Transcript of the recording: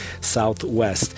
southwest